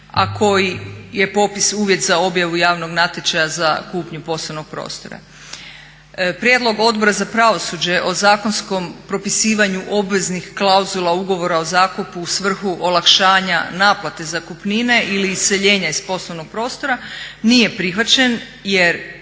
a koji je popis uvjet za objavu javnog natječaja za kupnju poslovnog prostora. Prijedlog Odbora za pravosuđe o zakonskom propisivanju obveznih klauzula ugovora o zakupu u svrhu olakšanja naplate zakupnine ili iseljenja iz poslovnog prostora nije prihvaćen jer